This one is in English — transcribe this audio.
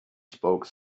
spoke